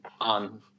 on